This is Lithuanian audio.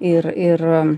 ir ir